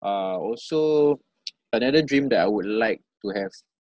uh also another dream that I would like to have